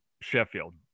sheffield